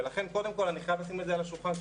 ולכן קודם כל אני חייב לשים את זה על השולחן.